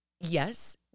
yes